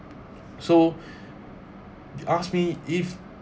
so you asked me if